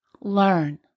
Learn